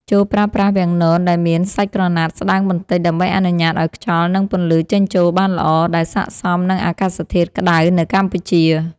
ចូរប្រើប្រាស់វាំងននដែលមានសាច់ក្រណាត់ស្ដើងបន្តិច ដើម្បីអនុញ្ញាតឱ្យខ្យល់ និងពន្លឺចេញចូលបានល្អ ដែលស័ក្តិសមនឹងអាកាសធាតុក្តៅនៅកម្ពុជា។